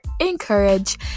encourage